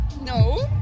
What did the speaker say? No